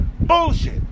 Bullshit